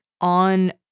on